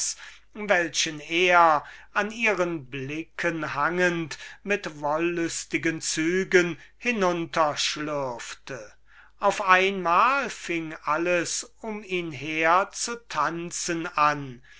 welchen er an ihren blicken hangend mit wollüstigen zügen hinunterschlürfte auf einmal fing alles um ihn her zu tanzen an